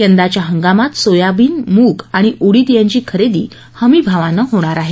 यंदाच्या हंगामात सोयाबीन मूग आणि उडीद यांची खरेदी हमीभावाने होणार आहे